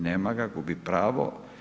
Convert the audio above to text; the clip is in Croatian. Nema ga, gubi pravo.